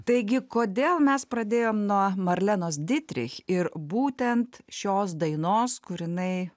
taigi kodėl mes pradėjom nuo marlenos ditrich ir būtent šios dainos kur jinai